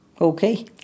okay